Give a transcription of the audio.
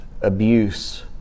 abuse